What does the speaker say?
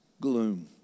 gloom